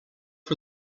for